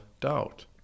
doubt